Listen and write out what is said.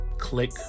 click